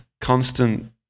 constant